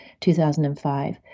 2005